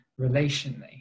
relationally